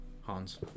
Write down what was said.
Hans